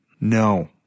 No